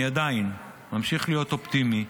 אני עדיין ממשיך להיות אופטימי,